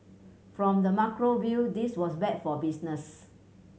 from the macro view this was bad for business